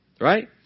Right